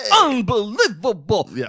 Unbelievable